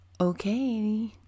Okay